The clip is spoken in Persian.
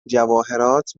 جواهرات